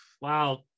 wow